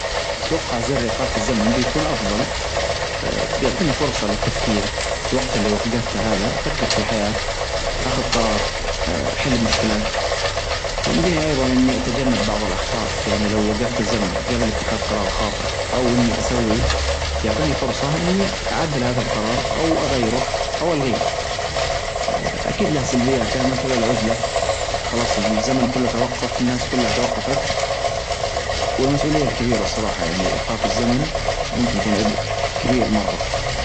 أتوقع زر إيقاف الزمن بيكون أفظل آآ بيعطيني فرصة للتفكير الوقت اللي وجفته هذا أفكر في الحياة أخذ قرار آآ أحل مشكلات يمديني أيظا إني أتجنب بعظ الأخطاء، يعني لو وقفت الزمن قبل إتخاذ قرار خاطئ أو إني أسوي يعطيني فرصة إني أعدل هذا القرار أو غيره أو ألغيه، آآ أكيد له سلبياته مثلا العزلة خلاص الزمن كله توقف الناس كلها توقفت والمسؤولية الكبيرة الصراحة يعني إيقاف الزمن ممكن يكون عبء كبير مرة.